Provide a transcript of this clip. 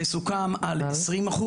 וסוכם על 20%,